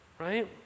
right